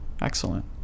excellent